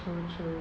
true true